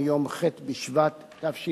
על שאילתא מיום ח' בשבט התשע"ב,